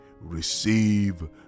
receive